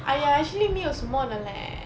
!aiya! actually 没有什么的 leh